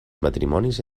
matrimonis